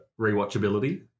Rewatchability